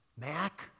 Mac